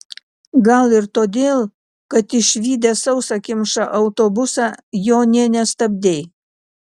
gal ir todėl kad išvydęs sausakimšą autobusą jo nė nestabdei